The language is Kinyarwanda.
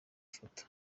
fata